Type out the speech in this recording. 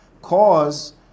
cause